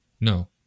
no